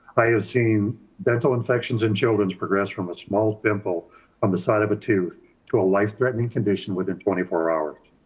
i have seen dental infections in children's progress from a small pimple on the side of a tooth to a life threatening condition within twenty four hours.